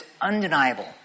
undeniable